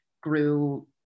grew